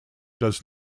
does